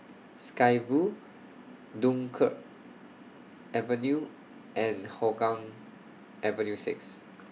Sky Vue Dunkirk Avenue and Hougang Avenue six